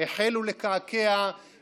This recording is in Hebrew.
והחלו לקעקע באופן יסודי,